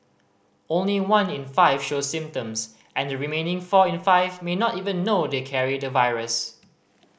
only one in five show symptoms and the remaining four in five may not even know they carry the virus